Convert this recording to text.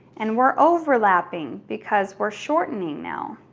and we're overlapping because we're shortening now.